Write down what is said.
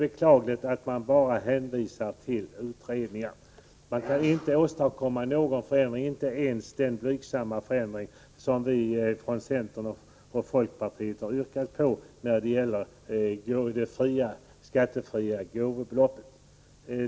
Beklagligtvis hänvisas det bara till utredningar. Man kan inte åstadkomma någon förändring, inte ens den blygsamma förändring som vi från centern och folkpartiet har yrkat på när det gäller det skattefria beloppet för penninggåvor m.m.